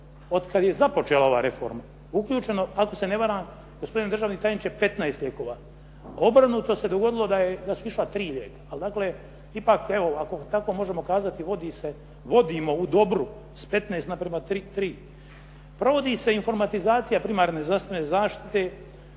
otkad je započela ova reforma, uključeno ako se ne varam gospodine državni tajniče, 15 lijekova. Obrnuto se dogodilo da su išla tri lijeka. Ali dakle ipak evo, ako tako možemo kazati, vodimo u dobru s 15:3. Provodi se informatizacija primarne zdravstvene zaštite